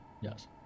Yes